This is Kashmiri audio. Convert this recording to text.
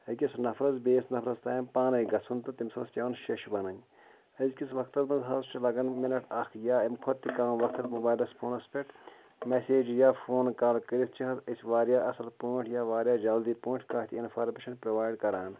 أکِس نَفرَس بیٚیِس نَفرَس تانۍ پانے گژھُن تہٕ تٔمِس ٲسۍ پٮ۪وان شیٚش وَنٕنۍ أزکِس وقتَس منٛز حظ چھُ لَگن مِنٹ اکھ یا اَمہِ کھۄتہٕ تہِ کم وقت موبایلَس فونَس پٮ۪ٹھ میٚسیج یا فون کال کٔرِتھ چھِ حظ أسۍ واریاہ اَصٕل پٲٹھۍ یا واریاہ جلدی پٲٹھۍ کانٛہہ تہِ اِنفارمیشَن پرٛووایِڈ کران